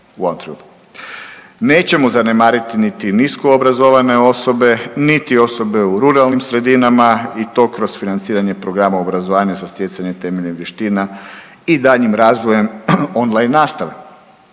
Nećemo zanemarit niti nisko obrazovane osobe, niti osobe u ruralnim sredinama i to kroz financiranje programa obrazovanja za stjecanje temeljnih vještina i daljnjim razvojem online nastave.